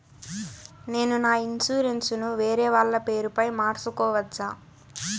నేను నా ఇన్సూరెన్సు ను వేరేవాళ్ల పేరుపై మార్సుకోవచ్చా?